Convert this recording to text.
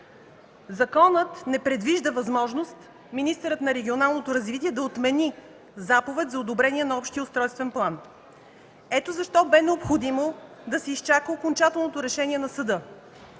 Законът не предвижда възможност министърът на регионалното развитие да отмени заповед за одобрение на общия устройствен план. Ето защо бе необходимо да се изчака окончателното решение на съда.